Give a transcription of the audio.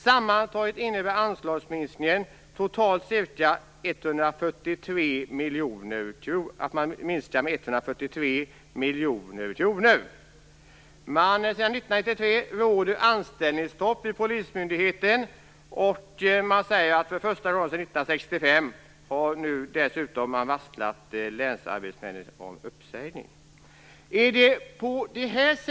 Sammantaget innebär anslagsminskningen ca 143 miljoner kronor mindre. Sedan 1993 råder anställningsstopp vid polismyndigheten. Man säger att för första gången sedan 1965 har det dessutom varslats om uppsägning när det gäller Länsarbetsnämnden.